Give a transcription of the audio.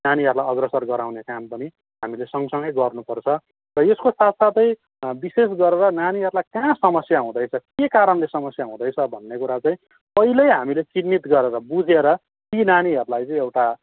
नानीहरूलाई अग्रसर गराउने काम पनि हामीले सँगसँगै गर्नुपर्छ र यसको साथसाथै विशेष गरेर नानीहरूलाई कहाँ समस्या हुँदैछ के कारणले समस्या हुँदैछ भन्ने कुरा चाहिँ पहिल्यै हामीले चिन्हित गरेर बुझेर ती नानीहरूलाई चाहिँ एउटा